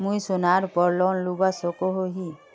मुई सोनार पोर लोन लुबा सकोहो ही?